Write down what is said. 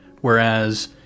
whereas